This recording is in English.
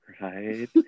Right